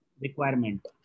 requirement